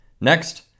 Next